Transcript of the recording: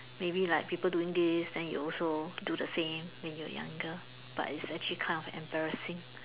maybe like people doing this then you also do the same when you were younger but it's actually kind of embarrassing